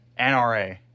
NRA